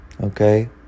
okay